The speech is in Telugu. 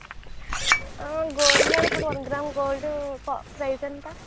గోల్డ్లో ఇప్పుడు వన్ గ్రామ్ గోల్డు కా ప్రైస్ ఎంత